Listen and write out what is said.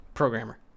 programmer